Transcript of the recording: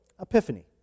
epiphany